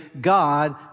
God